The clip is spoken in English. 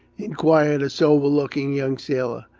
inquired a sober-looking young sailor.